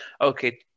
okay